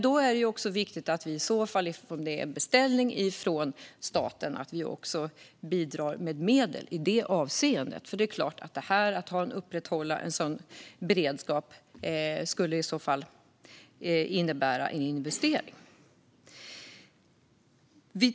Men i så fall är det viktigt eftersom det är en beställning från staten att vi bidrar med medel i det avseendet, för att upprätthålla en sådan beredskap skulle såklart innebära en investering.